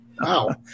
Wow